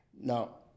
Now